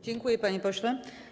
Dziękuję, panie pośle.